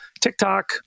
TikTok